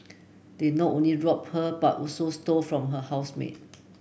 they not only robbed her but also stole from her housemate